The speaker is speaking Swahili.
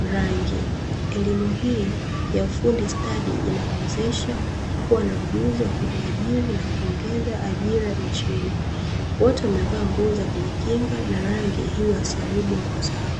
rangi elimu hii ya ufundi stadi inawawezesha kuwa na ujuzi wa kujiajiri na kuongeza ajira nchini, wote wamevaa nguo za kujikinga na rangi ili wasiharibu nguo zao.